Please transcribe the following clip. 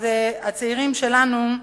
הצעירים שלנו,